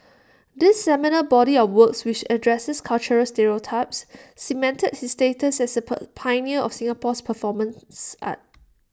this seminal body of works which addresses cultural stereotypes cemented his status as A per pioneer of Singapore's performance art